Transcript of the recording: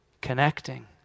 connecting